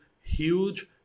huge